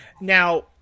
Now